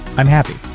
i'm happy.